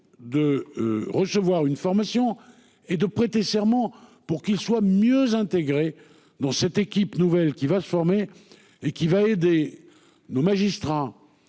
de recevoir une formation, et de prêter serment pour qu'ils soient mieux intégré dans cette équipe nouvelle qui va se former et qui va aider nos magistrats.